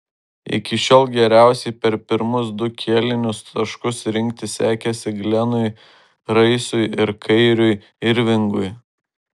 iki šiol geriausiai per pirmus du kėlinius taškus rinkti sekėsi glenui raisui ir kairiui irvingui